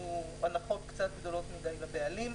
עשו הנחות גדולות מדי לבעלים.